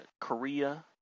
Korea